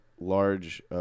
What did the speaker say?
large